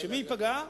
שמי ייפגע ממנו?